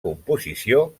composició